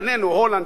לפנינו הולנד,